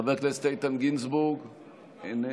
חבר הכנסת איתן גינזבורג נמצא?